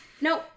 no